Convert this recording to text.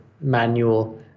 manual